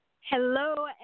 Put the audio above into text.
Hello